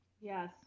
yes